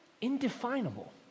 indefinable